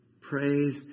Praise